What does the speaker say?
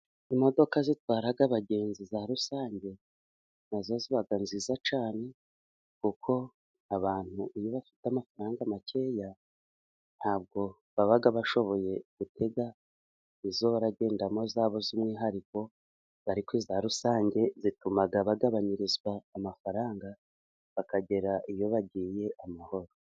Imodoka zitwara abagenzi za rusange na zo ziba nziza cyane. Kuko abantu iyo bafite amafaranga makeya, ntabwo baba bashoboye gutega izo baragendamo zabo z'umwihariko. Ariko iza rusange zituma bagabanyirizwa amafaranga, bakagera iyo bagiye amahoro.